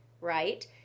right